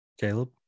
Caleb